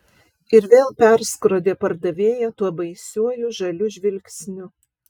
ir vėl perskrodė pardavėją tuo baisiuoju žaliu žvilgsniu